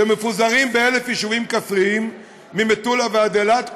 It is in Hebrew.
שמפוזרים ב-1,000 יישובים כפריים ממטולה ועד אילת,